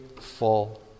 full